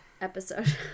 episode